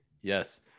Yes